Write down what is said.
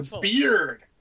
beard